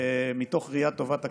מתוך ראיית טובת הקטין.